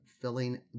filling